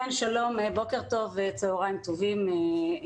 שלום, בוקר טוב, צוהריים טובים.